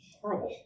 horrible